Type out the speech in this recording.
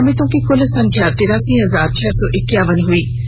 सं क्र मितों की कुल संख्या तिरासी हजार छह सौ इक्यावन हई